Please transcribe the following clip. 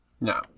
No